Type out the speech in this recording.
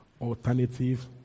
Alternative